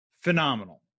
phenomenal